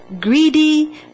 greedy